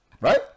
right